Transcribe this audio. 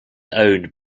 owned